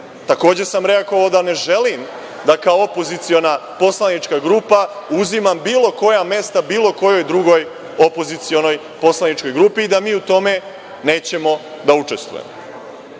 Takođe sam rekao da ne želim da kao opoziciona poslanička grupa uzimam bilo koja mesta bilo kojoj drugoj opozicionoj poslaničkoj grupi i da mi u tome nećemo da učestvujemo. Dakle,